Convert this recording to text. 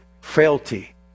frailty